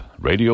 Radio